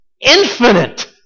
Infinite